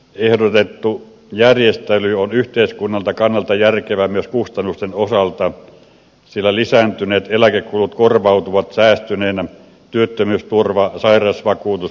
ehdotettu järjestely on yhteiskunnalliselta kannalta järkevä myös kustannusten osalta sillä lisääntyneet eläkekulut korvautuvat säästyneinä työttömyysturva sairausvakuutus ynnä muuta